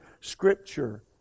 scripture